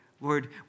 lord